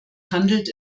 handelt